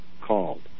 called